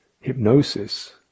hypnosis